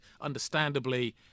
understandably